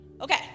okay